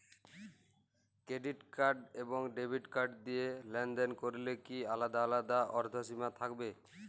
Credit card এবং debit card দিয়ে লেনদেন করলে কি আলাদা আলাদা ঊর্ধ্বসীমা থাকবে?